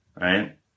right